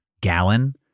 gallon